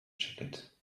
jacket